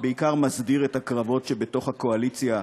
שבעיקר מסדיר את הקרבות שבתוך הקואליציה,